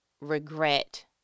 regret